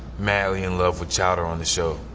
madly in love with chowder on the show.